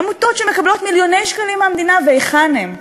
עמותות שמקבלות מיליוני שקלים מהמדינה, והיכן הם?